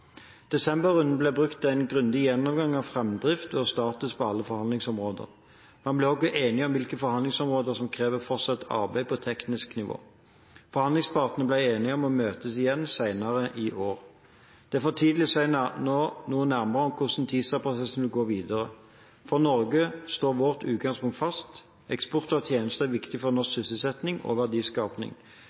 Desemberrunden ble brukt til en grundig gjennomgang av framdrift og status på alle forhandlingsområder. Man ble også enige om hvilke forhandlingsområder som krever fortsatt arbeid på teknisk nivå. Forhandlingspartene ble enige om å møtes igjen senere i år. Det er for tidlig nå å si noe nærmere om hvordan TISA-prosessen går videre. For Norge står vårt utgangspunkt fast: Eksport av tjenester er viktig for norsk sysselsetting og